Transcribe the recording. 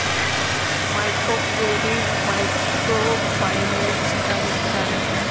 microcredit micro finance का हिस्सा है